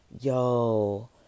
Yo